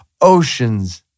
oceans